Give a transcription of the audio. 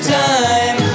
time